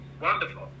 wonderful